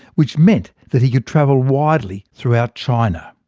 which meant that he could travel widely throughout china.